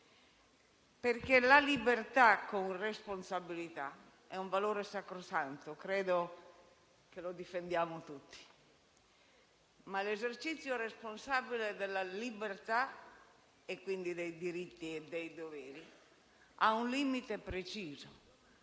perché la libertà con responsabilità è un valore sacrosanto. Credo che lo difendiamo tutti. Ma l'esercizio responsabile della libertà e, quindi, dei diritti e dei doveri ha un limite preciso,